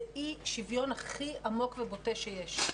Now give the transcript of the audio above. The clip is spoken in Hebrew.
זה אי שוויון הכי עמוק ובוטה שיש.